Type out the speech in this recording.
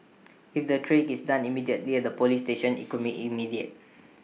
if the triage is done immediately at the Police station IT could be immediate